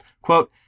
Quote